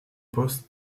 poste